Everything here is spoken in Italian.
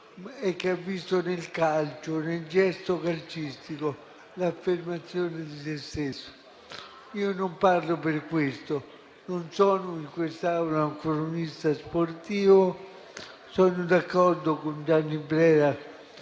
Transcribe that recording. e ha visto nel calcio, nel gesto calcistico, l'affermazione di se stesso. Io non parlo per questo, non sono in quest'Aula un cronista sportivo, e sono d'accordo con Gianni Brera,